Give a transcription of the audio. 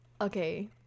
okay